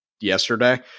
yesterday